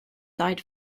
died